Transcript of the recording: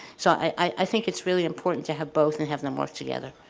so i think it's really important to have both and have them work together.